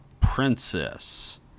princess